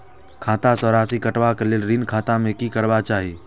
खाता स राशि कटवा कै लेल ऋण खाता में की करवा चाही?